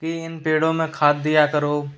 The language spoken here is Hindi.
कि इन पेड़ों में खाद दिया करो